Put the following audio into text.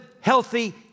healthy